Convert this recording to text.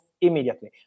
immediately